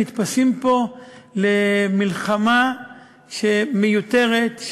נתפסים פה למלחמה מיותרת,